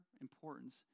importance